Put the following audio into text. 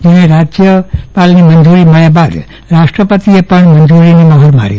તેને રાજ્યપાલની મંજુરી મળ્યા બાદ રાષ્ટ્રપતિએ પણ મંજુરીની મહોર મારી છે